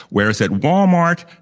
whereas at walmart,